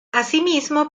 asimismo